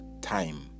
time